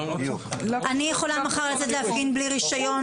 אני יכולה מחר לצאת להפגין בלי רישיון